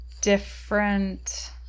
different